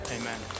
amen